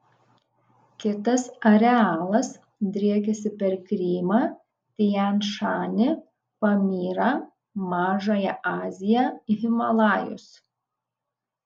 kitas arealas driekiasi per krymą tian šanį pamyrą mažąją aziją himalajus